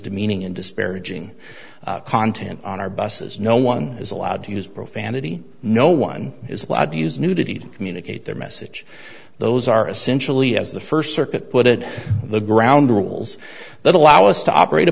demeaning and disparaging content on our buses no one is allowed to use profanity no one is allowed to use nudity to communicate their message those are essentially as the first circuit put it the ground rules that allow us to operate a